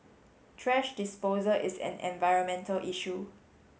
thrash disposal is an environmental issue